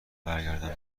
برگردم